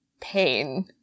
pain